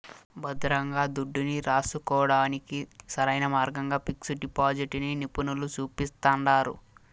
భద్రంగా దుడ్డుని రాసుకోడానికి సరైన మార్గంగా పిక్సు డిపాజిటిని నిపునులు సూపిస్తండారు